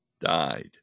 died